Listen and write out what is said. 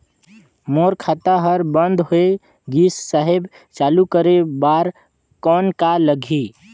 मोर खाता हर बंद होय गिस साहेब चालू करे बार कौन का लगही?